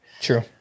True